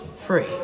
free